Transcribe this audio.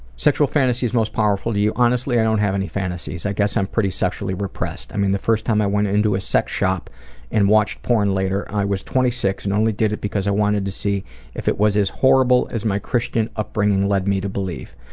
sexual fantasies most powerful to you honestly i don't have any fantasies. i guess i'm pretty sexually repressed. i mean, the first time i went into a sex shop and watched porn later i was twenty six and only did it because i wanted to see if it was as horrible as my christian upbringing led me to believe.